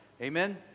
Amen